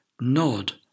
nod